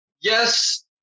yes